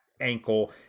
ankle